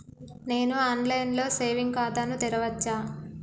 నేను online లో saving ఖాతా ను తెరవచ్చా?